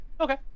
Okay